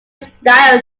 style